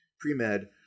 pre-med